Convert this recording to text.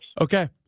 Okay